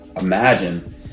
imagine